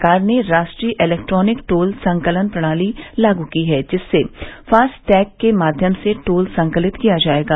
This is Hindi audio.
सरकार ने रा ट्रीय इलैक्ट्रॉनिक टोल संकल्न प्रणाली लागू की है जिससे फास्ट टैग के माध्यम से टोल संकलित किया जायेगा